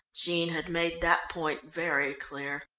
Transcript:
jean had made that point very clear.